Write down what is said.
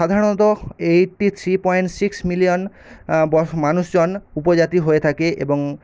সাধারণত eighty three point six million মানুষজন উপজাতি হয়ে থাকে এবং